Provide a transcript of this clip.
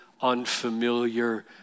unfamiliar